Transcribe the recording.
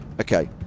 Okay